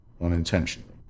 unintentionally